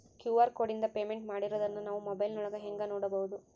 QR ಕೋಡಿಂದ payment ಮಾಡಿರೋದನ್ನ ನಾವು ಮೊಬೈಲಿನೊಳಗ ಹೆಂಗ ನೋಡಬಹುದು?